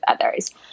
others